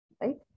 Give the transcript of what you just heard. Right